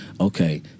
Okay